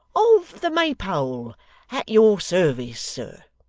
of the maypole at your service, sir